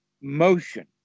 motion